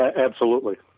ah absolutely,